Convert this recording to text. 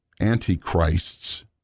antichrists